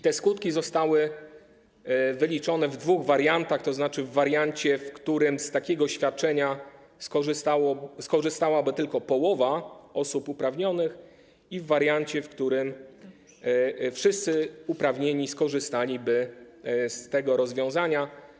Te skutki zostały wyliczone w dwóch wariantach, tzn. w wariancie, w którym z takiego świadczenia skorzystałaby tylko połowa osób uprawnionych, i w wariancie, w którym wszyscy uprawnieni skorzystaliby z tego rozwiązania.